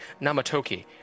Namatoki